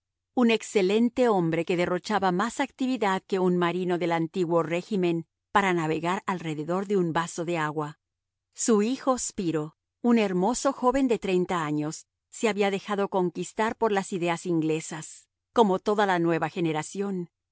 un excelente hombre que derrochaba más actividad que un marino del antiguo régimen para navegar alrededor de un vaso de agua su hijo spiro un hermoso joven de treinta años se había dejado conquistar por las ideas inglesas como toda la nueva generación